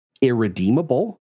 irredeemable